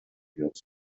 dioses